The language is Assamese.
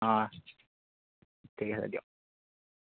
অঁ ঠিক আছে দিয়ক